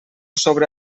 sobre